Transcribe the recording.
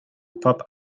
pop